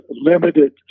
limited